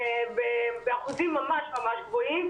באחוזים ממש ממש גבוהים,